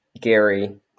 Gary